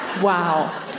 wow